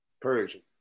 Persian